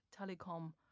telecom